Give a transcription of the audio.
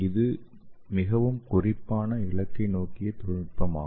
இது மிகவும் குறிப்பான இலக்கை நோக்கிய தொழில்நுட்பமாகும்